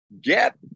Get